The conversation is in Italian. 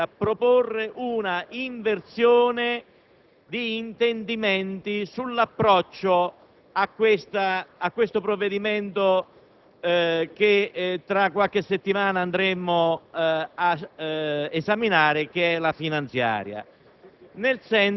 un insieme di emendamenti presentati da tutta la Casa delle Libertà, mira a denunciare che la manovra è sbagliata e a proporre un'inversione